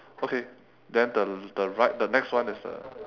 okay then the the right the next one is a